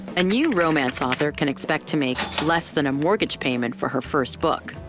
a new romance author can expect to make less than a mortgage payment for her first book.